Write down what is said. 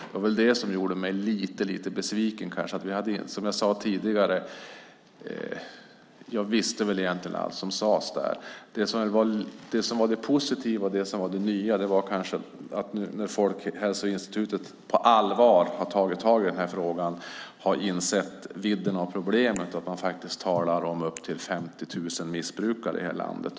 Det var väl det som gjorde mig lite besviken. Som jag sade tidigare visste jag egentligen redan allt som sades där. Det som var det positiva och nya var att Folkhälsoinstitutet, som nu på allvar har tagit tag i den här frågan, har insett vidden av problemet och talar om upp till 50 000 missbrukare i landet.